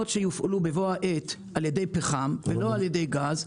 תחנות שיופעלו בבוא העת על ידי פחם ולא על ידי גז,